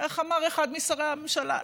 איך אמר אחד משרי הממשלה?